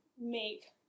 make